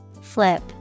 Flip